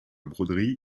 broderie